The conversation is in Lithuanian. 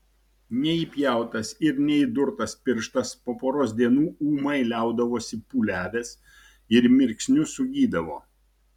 neįpjautas ir neįdurtas pirštas po poros dienų ūmai liaudavosi pūliavęs ir mirksniu sugydavo